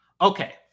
Okay